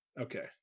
Okay